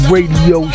Radio